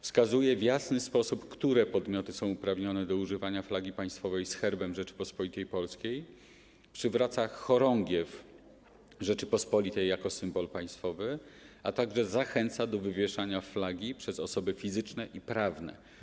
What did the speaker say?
Wskazuje w jasny sposób, które podmioty są uprawnione do używania flagi państwowej z herbem Rzeczypospolitej Polskiej, przywraca chorągiew Rzeczypospolitej jako symbol państwowy, a także zachęca do wywieszania flagi przez osoby fizyczne i prawne.